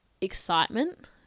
excitement